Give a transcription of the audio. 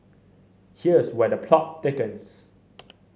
here's where the plot thickens